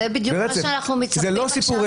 בדיוק מה שאנחנו מצפים עכשיו מהדיינים --- זה לא סיפורים,